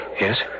Yes